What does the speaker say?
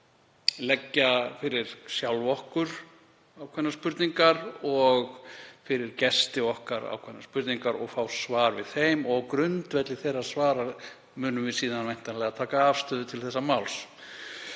leggja fyrir sjálf okkur og fyrir gesti okkar ákveðnar spurningar og fá svar við þeim og á grundvelli þeirra svara munum við síðan væntanlega taka afstöðu til málsins.